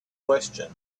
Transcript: question